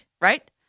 right